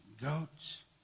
goats